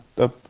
the